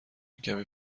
کمی